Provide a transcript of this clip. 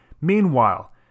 Meanwhile